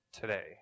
today